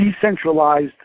decentralized